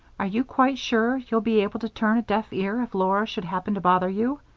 are you quite sure you'll be able to turn a deaf ear if laura should happen to bother you?